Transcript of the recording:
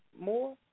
more